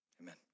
amen